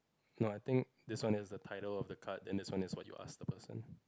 no I think this one is the title of the card and this one is what you ask the person